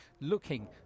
looking